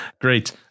great